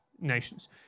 nations